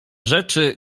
rzeczy